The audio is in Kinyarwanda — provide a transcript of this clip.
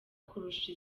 kurusha